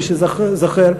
מי שזוכר,